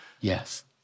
Yes